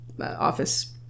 office